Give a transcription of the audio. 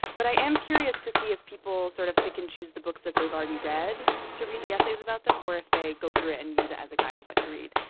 but i am curious to see if people sort of pick and choose the books that they've already read to read the essays about them, or if they go through and use it as a guide of what to read.